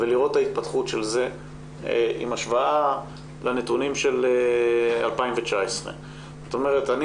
ולראות את ההתפתחות של זה עם השוואה לנתונים של 2019. זאת אומרת אני